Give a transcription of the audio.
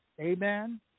Amen